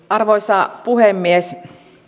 arvoisa puhemies